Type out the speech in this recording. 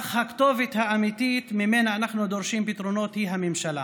אך הכתובת האמיתית שממנה אנחנו דורשים פתרונות היא הממשלה.